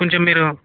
కొంచెం మీరు